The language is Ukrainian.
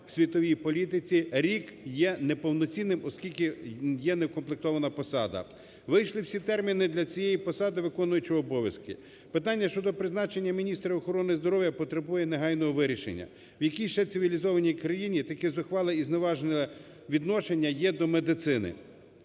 у світовій політиці, рік є неповноцінним, оскільки є не укомплектована посада. Вийшли всі терміни для цієї посади виконуючого обов'язки. Питання щодо призначення міністра охорони здоров'я потребує негайного вирішення. В якій ще цивілізованій країні таке зухвале і зневажливе відношення є до медицини?